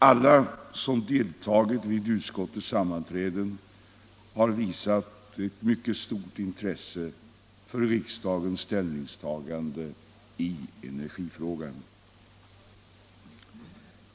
Alla som deltagit i utskottets sammanträden har visat ett mycket stort intresse för riksdagens ställningstagande i energifrågan.